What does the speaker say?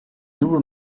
nouveau